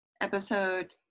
episode